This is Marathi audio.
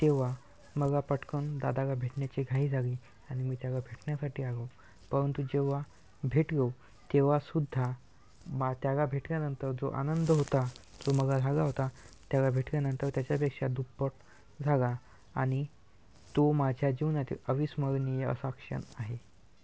तेव्हा मला पट्कन दादाला भेटण्याची घाई झाली आणि मी त्याला भेटण्यासाठी आलो परंतु जेव्हा भेटलो तेव्हा सुद्धा त्याला भेटल्यानंतर जो आनंद होता जो मला झाला होता त्याला भेटल्यानंतर त्याच्यापेक्षा दुप्पट झाला आणि तो माझ्या जीवनातील अविस्मरणीय असा क्षण आहे